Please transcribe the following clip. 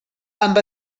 amb